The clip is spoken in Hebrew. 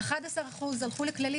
11% הלכו לכללית,